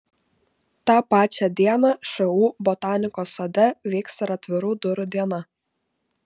tą pačią dieną šu botanikos sode vyks ir atvirų durų diena